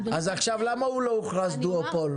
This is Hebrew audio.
אז עכשיו למה הוא לא הוכרז דואופול?